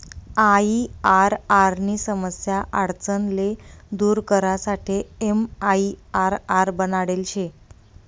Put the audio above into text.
IRR नी समस्या आडचण ले दूर करासाठे एमआईआरआर बनाडेल शे